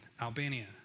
Albania